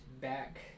back